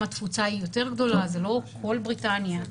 התפוצה היא יותר גדולה וזאת לא כל בריטניה.